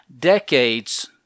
decades